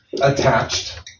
attached